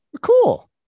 Cool